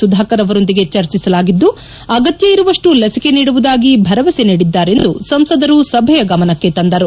ಸುಧಾಕರ್ ಅವರೊಂದಿಗೆ ಚರ್ಚಿಸಲಾಗಿದ್ದು ಅಗತ್ತ ಇರುವಷ್ಟು ಲಸಿಕೆ ನೀಡುವುದಾಗಿ ಭರವಸೆ ನೀಡಿದ್ದಾರೆಂದು ಸಂಸದರು ಸಭೆಯ ಗಮನಕ್ಕೆ ತಂದರು